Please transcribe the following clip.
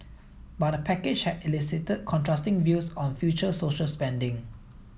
but the package had elicited contrasting views on future social spending